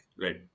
Right